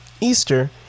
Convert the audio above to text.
Easter